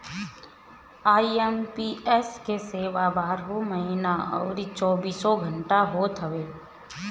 IMPS के सेवा बारहों महिना अउरी चौबीसों घंटा होत हवे